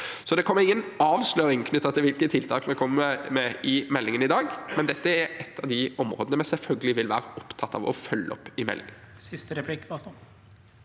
Det kommer altså ingen avsløring i dag av hvilke tiltak vi kommer med i meldingen, men dette er et av de områdene vi selvfølgelig vil være opptatt av å følge opp i meldingen.